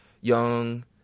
young